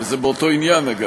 ואגב, זה באותו עניין.